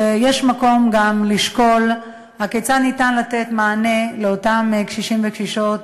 שכאן יש מקום לשקול כיצד לתת מענה לאותם קשישים וקשישות